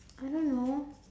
I don't know